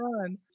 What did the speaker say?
run